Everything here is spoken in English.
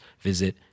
visit